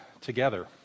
together